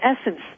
essence